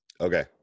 Okay